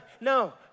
No